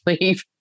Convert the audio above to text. leave